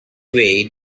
way